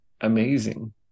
amazing